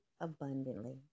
abundantly